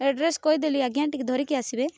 address କହିଦେଲି ଆଜ୍ଞା ଟିକିଏ ଧରିକି ଆସିବେ